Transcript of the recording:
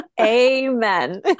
Amen